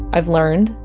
i've learned,